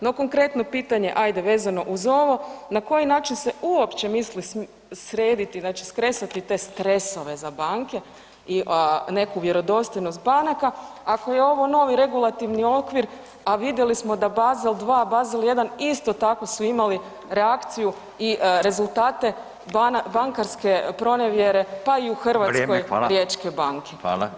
No, konkretno pitanje ajde vezano uz ovo, na koji način se uopće misli srediti znači skrestati te stresove za banke i neku vjerodostojnost banaka ako je ovo novi regulativni okvir, a vidjeli smo da Bazel 2, Bazel 1 isto tako su imali reakciju i rezultate bankarske pronevjere pa i u Hrvatskoj [[Upadica: Vrijeme, hvala.]] Riječke banke.